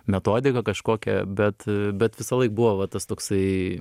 metodika kažkokia bet bet visąlaik buvo va tas toksai